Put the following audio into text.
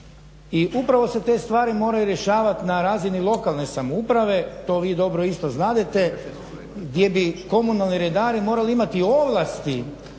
I upravo se te stvari moraju rješavati na razini lokalne samouprave, to vi dobro isto znadete, gdje bi komunalni redari morali imati ovlasti